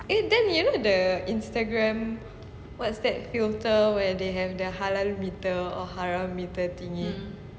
eh then you know the Instagram what's that filter where they have their halal meter or haram meter thingy